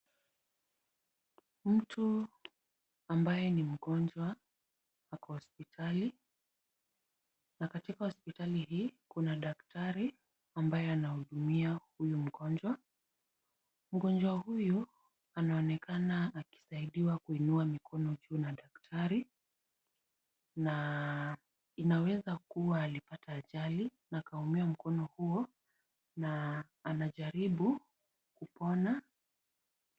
Mtu ambaye ni mgonjwa ako hospitali, na katika hospitali hii kuna daktari ambaye anahudumia huyu mgonjwa, mgonjwa huyu anaonekana akisaidiwa kuinua mikono juu na daktari na inawezakua alipata ajali na akaumia mkono huo na anajaribu kupona.